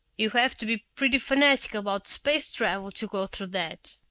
you have to be pretty fanatical about space travel to go through that.